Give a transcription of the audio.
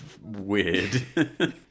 weird